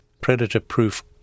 predator-proof